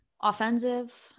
Offensive